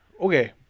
Okay